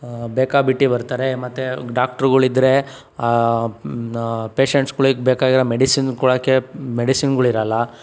ಬೇಕಾಬಿಟ್ಟಿ ಬರ್ತಾರೆ ಮತ್ತೆ ಡಾಕ್ಟ್ರುಗಳಿದ್ದರೆ ಪೇಶೆಂಟ್ಸ್ಗಳಿಗೆ ಬೇಕಾಗಿರೋ ಮೆಡಿಸಿನ್ ಕೊಡೋಕ್ಕೆ ಮೆಡಿಸಿನ್ಗಳಿರಲ್ಲ